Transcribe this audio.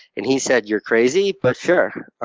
and he said, you're crazy, but sure.